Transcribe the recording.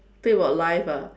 think about life ah